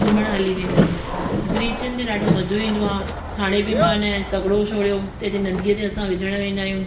घुमणु हली वेंदा आहियूं ब्रीचिन ते ॾाढो मजो ईंदो आहे हाणे बि मां हिनजो सॻिड़ो छोड़ियो त नदीअ ते असां विझण वेंदा आहियूं